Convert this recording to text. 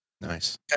Nice